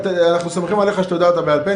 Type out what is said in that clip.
אנחנו סומכים עליך שאתה יודע את זה בעל פה.